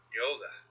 yoga